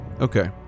okay